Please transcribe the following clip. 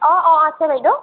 অঁ অঁ আছোঁ বাইদেউ